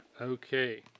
Okay